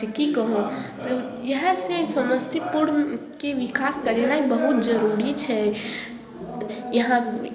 से की कहू इएह छै समस्तीपुरके विकास करेनाइ बहुत जरूरी छै यहाँ